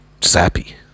sappy